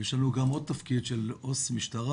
ויש לנו גם עוד תפקיד, של עו"ס משטרה,